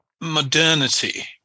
modernity